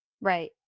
Right